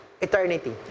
eternity